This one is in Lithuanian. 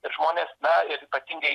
ir žmonės na ir ypatingai